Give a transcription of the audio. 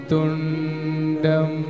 Tundam